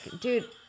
Dude